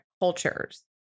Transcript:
cultures